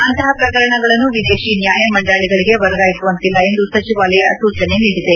ಅಂತಹ ಪ್ರಕರಣಗಳನ್ನು ವಿದೇಶಿ ನ್ಯಾಯ ಮಂಡಳಿಗಳಿಗೆ ವರ್ಗಾಯಿಸುವಂತಿಲ್ಲ ಎಂದು ಸಚಿವಾಲಯ ಸೂಚನೆ ನೀಡಿದೆ